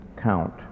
count